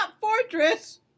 fortress